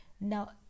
now